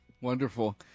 Wonderful